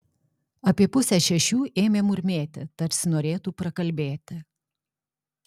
apie pusę šešių ėmė murmėti tarsi norėtų prakalbėti